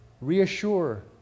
reassure